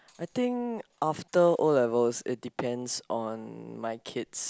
I think after O-level it depends on my kids